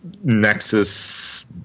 Nexus